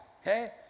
Okay